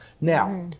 Now